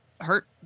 hurt